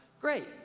Great